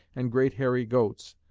and great hairy goats,